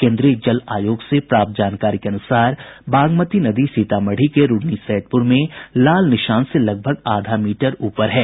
केन्द्रीय जल आयोग से प्राप्त जानकारी के अनुसार बागमती नदी सीतामढ़ी के रून्नीसैदपुर में लाल निशान से लगभग आधा मीटर ऊपर है